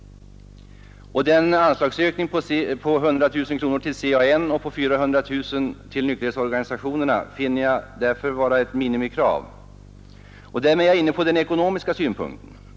En anslagsökning på 100 000 kronor till CAN och på 400 000 kronor till nykterhetsorganisationerna finner jag därför vara minimikrav. Därmed är jag inne på den ekonomiska synpunkten.